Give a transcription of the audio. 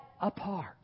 apart